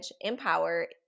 empower